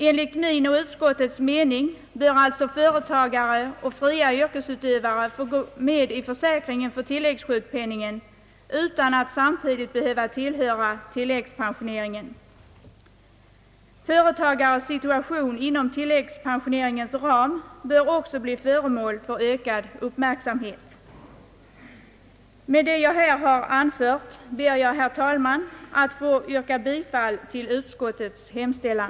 Enligt min och utskottets mening bör alltså företagare och fria yrkesutövare få gå med i försäkringen = för = tilläggssjukpenningen utan att samtidigt behöva tillhöra tillläggspensioneringen. Företagares situation inom tilläggspensioneringens ram bör också bli föremål för ökad uppmärksamhet. Med det jag här har anfört ber jag, herr talman, att få yrka bifall till utskottets hemställan.